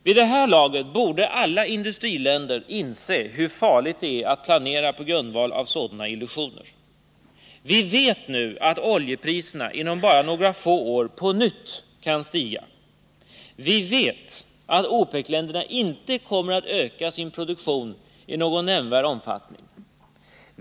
Vid det här laget borde alla industriländer inse hur farligt det är att planera på grundval av sådana illusioner. Vi vet nu att oljepriserna inom bara några få år på nytt kan stiga. Vi vet att OPEC-länderna inte kommer att öka sin produktion i någon nämnvärd omfattning.